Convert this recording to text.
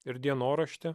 ir dienoraštį